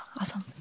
awesome